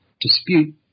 dispute